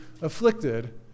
afflicted